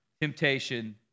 temptation